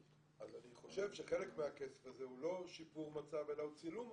אני חושב שחלק מהכסף הזה הוא לא שיפור מצב אלא הוא צילום מצב.